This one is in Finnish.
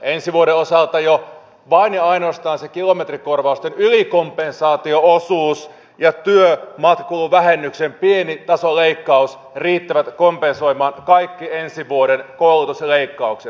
ensi vuoden osalta jo vain ja ainoastaan se kilometrikorvausten ylikompensaatio osuus ja työmatkakuluvähennyksen pienin tasoleikkaus riittävät kompensoimaan kaikki ensi vuoden koulutusleikkaukset